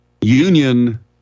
Union